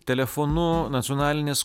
telefonu nacionalinės